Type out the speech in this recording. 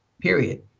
period